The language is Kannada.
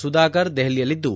ಸುಧಾಕರ್ ದೆಹಲಿಯಲ್ಲಿದ್ದು